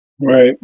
Right